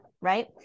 Right